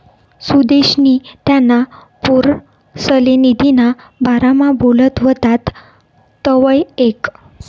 सुदेशनी त्याना पोरसले निधीना बारामा बोलत व्हतात तवंय ऐकं